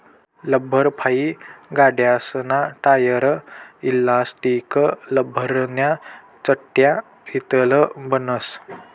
लब्बरफाइ गाड्यासना tyre, elastic, लब्बरन्या चटया इतलं बनस